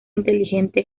inteligente